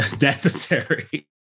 Necessary